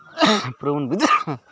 ᱯᱩᱨᱟᱹᱵᱚᱱ ᱵᱩᱡᱽ ᱫᱟᱲᱮᱭᱟᱜᱼᱟ